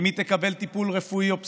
אם היא תקבל טיפול רפואי או פסיכולוגי.